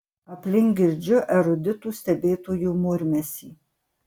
aplink girdžiu eruditų stebėtojų murmesį